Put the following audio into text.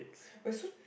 why so